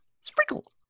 Sprinkle